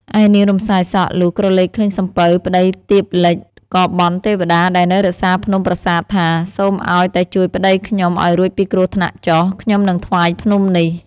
ឯនាង រំសាយសក់ លុះក្រឡេកឃើញសំពៅ ប្តីទៀបលិច ក៏បន់ទេវតាដែលនៅរក្សាភ្នំប្រាសាទថា "សូមឱ្យតែជួយប្តីខ្ញុំឱ្យរួចពីគ្រោះថ្នាក់ចុះ ខ្ញុំនឹងថ្វាយភ្នំនេះ” ។